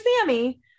Sammy